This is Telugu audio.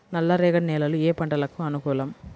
నల్లరేగడి నేలలు ఏ పంటలకు అనుకూలం?